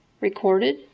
recorded